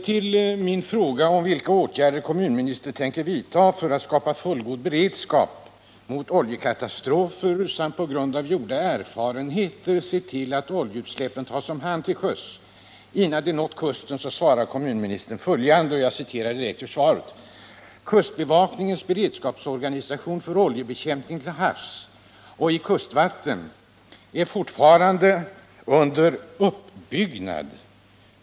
På min fråga, vilka åtgärder kommunministern tänker vidta för att skapa fullgod beredskap mot oljekatastrofer samt för att på grund av gjorda erfarenheter se till att oljeutsläppen tas om hand till sjöss innan de nått kusten, svarar kommunministern följande — jag citerar direkt ur svaret: ”Kustbevakningens beredskapsorganisation för oljebekämpning till havs och i kustvattnen är fortfarande under uppbyggnad.